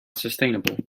sustainable